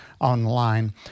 online